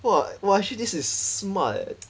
!wah! !wah! actually this is smart eh